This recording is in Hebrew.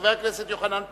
חבר הכנסת יוחנן פלסנר.